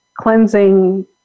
cleansing